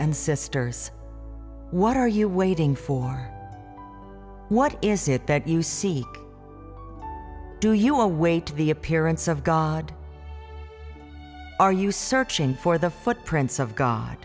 and sisters what are you waiting for what is it that you see do you await the appearance of god are you searching for the footprints of god